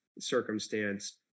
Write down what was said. circumstance